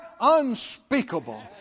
unspeakable